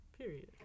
Period